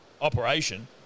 operation